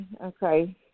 Okay